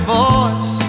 voice